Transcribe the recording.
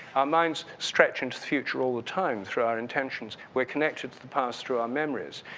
our minds stretch into the future all the time through our intentions. we're connected to the past through our memories.